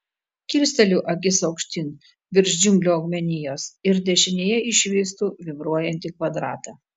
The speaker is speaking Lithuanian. kilsteliu akis aukštyn virš džiunglių augmenijos ir dešinėje išvystu vibruojantį kvadratą